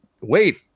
wait